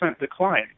decline